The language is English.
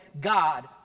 God